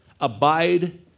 abide